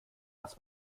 was